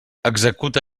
executa